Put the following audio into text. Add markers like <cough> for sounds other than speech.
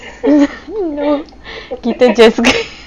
<laughs> no kita just <laughs>